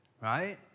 right